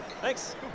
Thanks